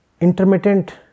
intermittent